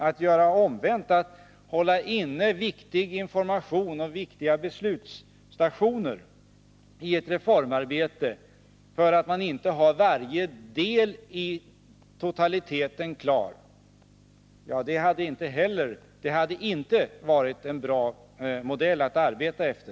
Att göra på motsatt sätt — att hålla inne viktig information och viktiga beslutsstationer i ett reformarbete därför att man inte har varje del av totaliteten klar — hade inte varit en bra modell att arbeta efter.